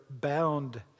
bound